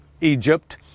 Egypt